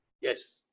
Yes